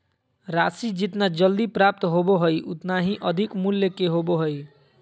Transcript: राशि जितना जल्दी प्राप्त होबो हइ उतना ही अधिक मूल्य के होबो हइ